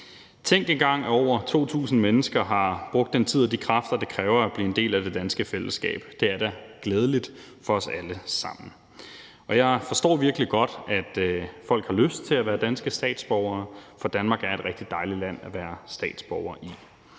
Tænk engang, at over 2.000 mennesker har brugt den tid og de kræfter, det kræver at blive en del af det danske fællesskab. Det er da glædeligt for os alle sammen. Jeg forstår virkelig godt, at folk har lyst til at være danske statsborgere, for Danmark er et rigtig dejligt land at være statsborger i.